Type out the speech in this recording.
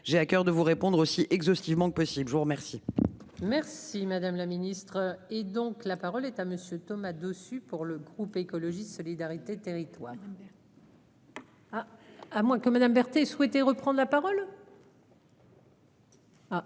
J'ai à coeur de vous répondre aussi exhaustivement que possible. Je vous remercie. Merci madame la ministre et donc la parole est à monsieur Thomas Dossus pour le groupe écologiste solidarité et territoires.